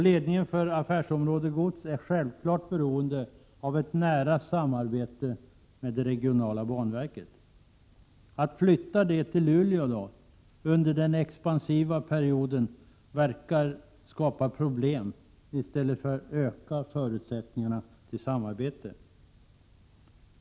Ledningen för affärsområdet Gods Norrland är självfallet beroende av ett nära samarbete med det regionala banverket. Att flytta detta till Luleå under denna expansiva period verkar skapa problem i stället för att öka förutsättningarna för samarbete.